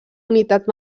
unitat